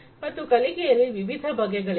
ಮತ್ತೆ ಕಲಿಕೆಯಲ್ಲಿ ವಿವಿಧ ಬಗೆಗಳಿವೆ